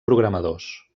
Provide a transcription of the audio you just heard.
programadors